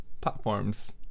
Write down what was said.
Platforms